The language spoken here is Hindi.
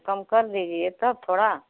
कम कर दीजिए तब थोड़ा